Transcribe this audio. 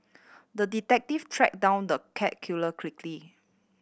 the detective tracked down the cat killer quickly